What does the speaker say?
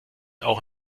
auch